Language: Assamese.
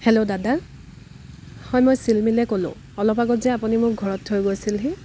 হেল্ল' দাদা হয় মই চিলমিলে ক'লোঁ অলপ আগত যে আপুনি মোক ঘৰত থৈ গৈছিলহি